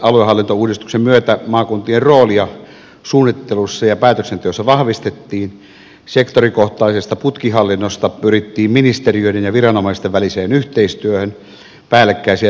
aluehallintouudistuksen myötä maakuntien roolia suunnittelussa ja päätöksenteossa vahvistettiin sektorikohtaisesta putkihallinnosta pyrittiin ministeriöiden ja viranomaisten väliseen yhteistyöhön päällekkäisiä toimintoja karsittiin